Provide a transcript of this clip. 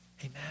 Amen